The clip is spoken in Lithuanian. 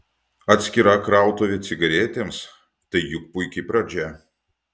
atskira krautuvė cigaretėms tai juk puiki pradžia